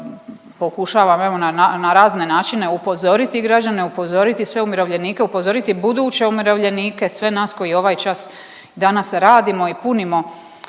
pokušavam na razne načine upozoriti građane, upozoriti sve umirovljenike, upozoriti buduće umirovljenike, sve nas koji ovaj čas danas radimo i punimo